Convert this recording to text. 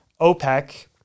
OPEC